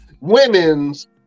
women's